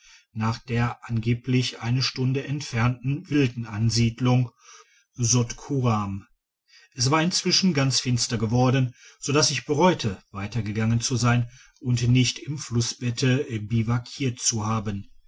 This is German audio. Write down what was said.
nach der angeblich eine stunde entfernten wildenansiedlung sotkuram es war inzwischen ganz finster geworden sodass ich bereute weitergegangen zu sein und nicht im flussbette biwakiert zu haben